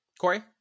Corey